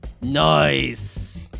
Nice